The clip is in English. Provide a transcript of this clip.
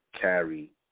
carry